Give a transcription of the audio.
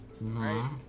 right